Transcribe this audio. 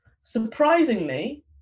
surprisingly